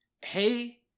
Hey